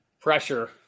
pressure